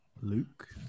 Luke